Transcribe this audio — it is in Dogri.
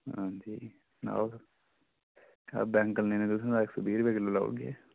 हां जी सनाओ सर बैंगन तुसें ई ते इक सौ बीह् रपेऽ किल्लो लाई ओड़गे